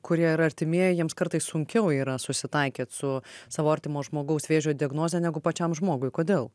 kurie yra artimieji jiems kartais sunkiau yra susitaikyt su savo artimo žmogaus vėžio diagnoze negu pačiam žmogui kodėl